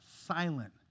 silent